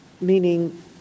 meaning